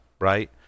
right